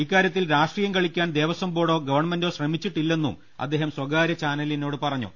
ഇക്കാരൃത്തിൽ രാഷ്ട്രീയം കളിക്കാൻ ദേവസ്വം ബോർഡോ ഗവൺമെന്റോ ശ്രമിച്ചിട്ടില്ലെന്നും അദ്ദേഹം സ്ഥകാരൃ ചാനലിനോട് പറഞ്ഞു